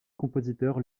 compositeurs